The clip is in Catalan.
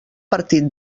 partit